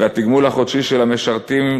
והתגמול החודשי של המשרתים,